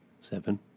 Seven